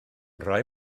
rhai